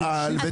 -- תפעל ותמשיך.